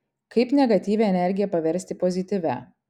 kaip negatyvią energiją paversti pozityvia